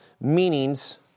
meanings